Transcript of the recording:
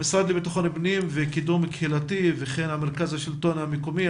המשרד לביטחון פנים וקידום קהילתי וכן מרכז השלטון המקומי.